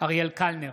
אריאל קלנר,